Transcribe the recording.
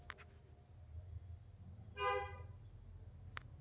ಸಮುದ್ರದ ಮೇನುಗಾರರಿಗೆ ಚಂಡಮಾರುತ ಮಳೆ ಗಾಳಿ ಬೇಸು ಸುದ್ದಿ ಹೇಳು ತಂತ್ರಜ್ಞಾನ